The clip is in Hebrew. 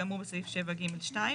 כאמור בסעיף 7(ג)(2).